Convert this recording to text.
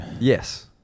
Yes